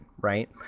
right